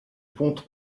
ponte